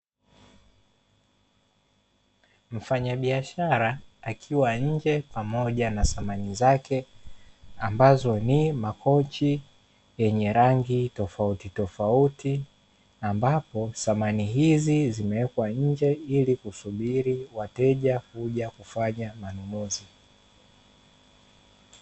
Mfanyabiashara akiwa nje pamoja na samani zake, ambazo ni makochi yenye rangi tofautitofauti, ambapo samani hizi zimewekwa nje, ili kusubiri wateja kuja kufanya manunuzi.